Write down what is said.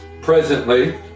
presently